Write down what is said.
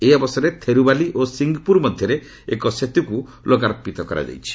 ଏହି ଅବସରରେ ଥେରୁବାଲି ଓ ସିଙ୍ଗାପୁର ମଧ୍ୟରେ ଏକ ସେତୁକୁ ଲୋକାର୍ପିତ କରାଯାଇଛି